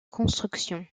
construction